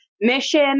Mission